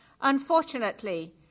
Unfortunately